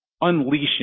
unleashing